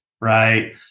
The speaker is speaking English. right